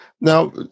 Now